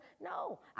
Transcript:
No